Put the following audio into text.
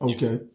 Okay